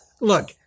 Look